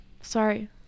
Sorry